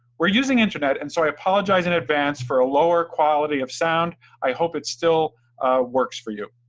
we're using internet and so i apologize in advance for a lower quality of sound, i hope it still works for you